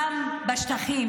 בסדר, מדובר בשותפים לטרור.